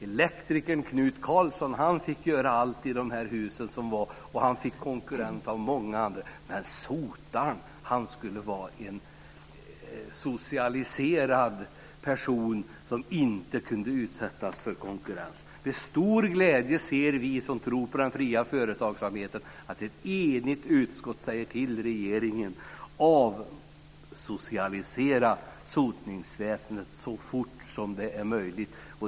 Elektrikern Knut Karlsson fick göra allt det elektriska i husen, och han hade konkurrens av många andra. Men sotaren skulle vara en socialiserad person som inte kunde utsättas för konkurrens. Med stor glädje ser vi som tror på den fria företagsamheten att ett enigt utskott säger till regeringen att avsocialisera sotningsväsendet så fort som det är möjligt.